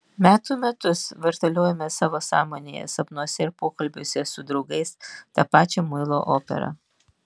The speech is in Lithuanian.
metų metus vartaliojame savo sąmonėje sapnuose ir pokalbiuose su draugais tą pačią muilo operą